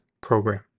program